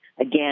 again